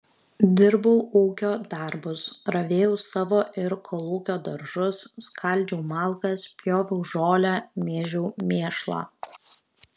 dirbau ūkio darbus ravėjau savo ir kolūkio daržus skaldžiau malkas pjoviau žolę mėžiau mėšlą